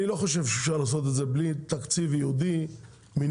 אני לא חושב שאפשר לעשות את זה בלי תקציב ייעודי מינימלי,